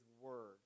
word